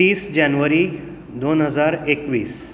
तीस जानंवारी दोन हजार एकवीस